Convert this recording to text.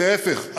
להפך,